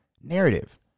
narrative